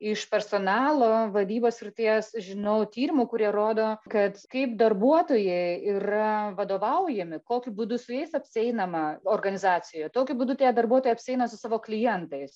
iš personalo vadybos srities žinau tyrimų kurie rodo kad kaip darbuotojai yra vadovaujami kokiu būdu su jais apsieinama organizacijoje tokiu būdu tie darbuotojai apsieina su savo klientais